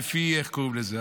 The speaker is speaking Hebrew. לפי, איך קוראים לזה?